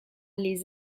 les